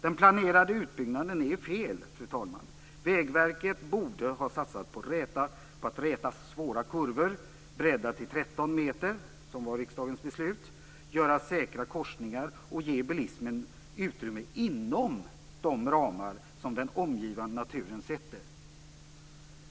Den planerade utbyggnaden är fel. Vägverket borde ha satsat på att räta svåra kurvor, bredda till 13 meter - vilket var riksdagens beslut - göra säkra korsningar och ge bilismen utrymme inom de ramar som den omgivande naturen sätter.